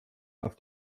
auf